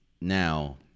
Now